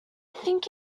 think